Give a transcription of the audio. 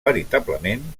veritablement